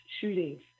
shootings